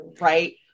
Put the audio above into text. right